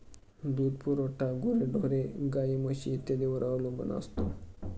दूध पुरवठा गुरेढोरे, गाई, म्हशी इत्यादींवर अवलंबून असतो